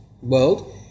world